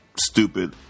stupid